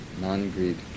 non-greed